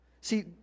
See